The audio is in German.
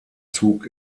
zug